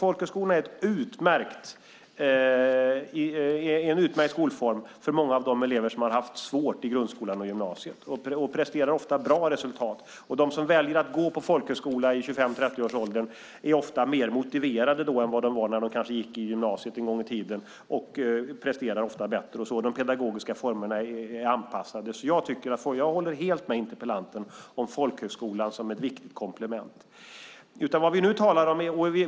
Folkhögskolorna är en utmärkt skolform för många av de elever som haft svårt i grundskolan och gymnasiet. De som väljer att i 25-30-årsåldern gå på folkhögskola är ofta mer motiverade än de var när de en gång i tiden gick i gymnasiet, och de presterar ofta bättre. De pedagogiska formerna är anpassade till dem. Jag håller helt med interpellanten om folkhögskolan som ett viktigt komplement.